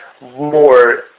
more